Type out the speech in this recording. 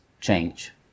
change